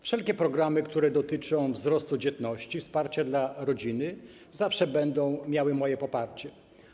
Wszelkie programy, które dotyczą wzrostu dzietności, wsparcia dla rodziny, zawsze będą miały moje poparcie.